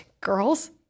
girls